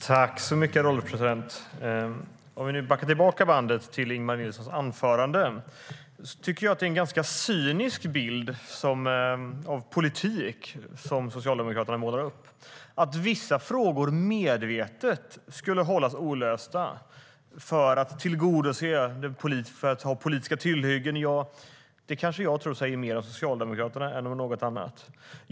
Herr ålderspresident! Om vi backar tillbaka bandet till Ingemar Nilssons anförande: Jag tycker att det är en ganska cynisk bild av politik som Socialdemokraterna målar upp. Att vissa frågor medvetet skulle hållas olösta för att man skulle kunna ha politiska tillhyggen tror jag kanske säger mer om Socialdemokraterna än om något annat.